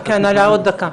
כן, עוד דקה.